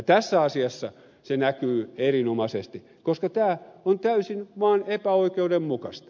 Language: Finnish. tässä asiassa se näkyy erinomaisesti koska tämä on täysin epäoikeudenmukaista